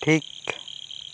ᱴᱷᱤᱠ